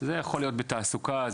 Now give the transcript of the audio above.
יכולים להיות בתעסוקה,